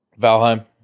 Valheim